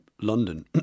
London